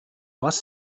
was